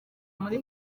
muri